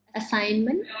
assignment